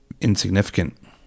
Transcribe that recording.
insignificant